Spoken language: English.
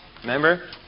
remember